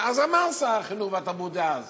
אז אמר שר החינוך והתרבות דאז,